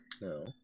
No